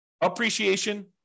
appreciation